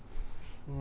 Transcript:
ya